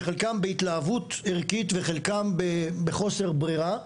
שחלקם בהתלהבות ערכית וחלקם בחוסר ברירה,